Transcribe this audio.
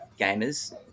gamers